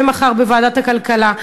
ומחר בוועדת הכלכלה.